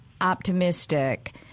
optimistic